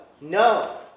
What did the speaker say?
no